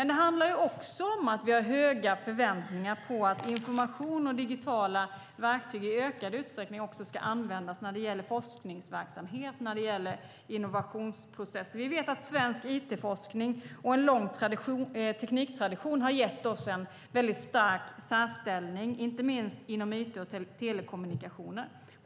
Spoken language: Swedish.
Det handlar också om att vi har höga förväntningar på att information och digitala verktyg i ökad utsträckning ska användas när det gäller forskningsverksamhet och innovationsprocesser. Vi vet att svensk it-forskning och en lång tekniktradition har gett oss en stark särställning inte minst inom it och telekommunikationer.